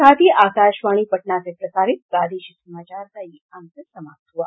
इसके साथ ही आकाशवाणी पटना से प्रसारित प्रादेशिक समाचार का ये अंक समाप्त हुआ